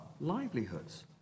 livelihoods